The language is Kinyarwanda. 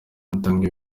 hatangwa